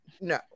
no